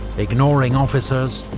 ignoring officers,